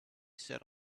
set